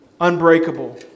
unbreakable